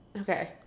okay